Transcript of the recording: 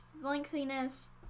lengthiness